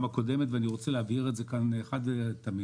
הקודמת ואני רוצה להבהיר את זה כאן אחת ולתמיד.